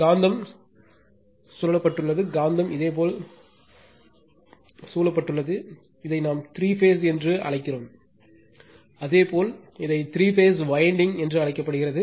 காந்தம் சூழப்பட்டுள்ளது காந்தம் இதேபோல் சூழப்பட்டுள்ளது இதை நாம் த்ரீ பேஸ் என்று அழைக்கிறோம் அதேபோல் இதை த்ரீ பேஸ் வயண்டிங் என்று அழைக்கப்படுகிறது